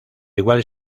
igual